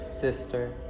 sister